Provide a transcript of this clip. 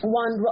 one